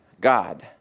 God